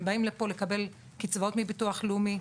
הם באים לפה לקבל קצבאות מביטוח לאומי,